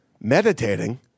meditating